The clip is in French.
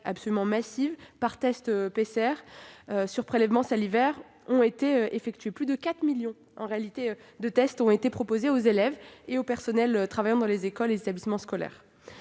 de dépistage par test PCR sur prélèvement salivaire, plus de 4 millions de tests ont été proposés aux élèves et aux personnels travaillant dans les écoles et les établissements scolaires.